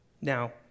Now